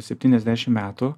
septyniasdešimt metų